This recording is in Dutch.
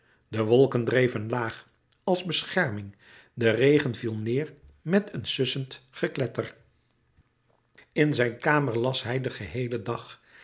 de wolken dreven laag als bescherming de regen viel neêr met een sussend gekletter in zijn kamer las hij den geheelen dag